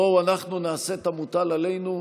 בואו נעשה אנחנו את המוטל עלינו.